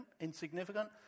insignificant